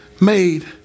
made